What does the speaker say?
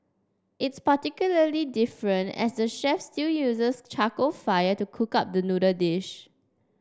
it's particularly different as the chef still uses charcoal fire to cook up the noodle dish